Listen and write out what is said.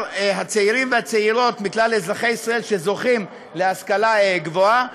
הצעירים והצעירות מכלל אזרחי ישראל שזוכים להשכלה גבוהה,